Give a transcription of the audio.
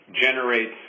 generates